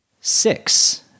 six